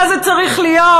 מה זה צריך להיות?